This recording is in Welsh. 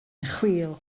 chwil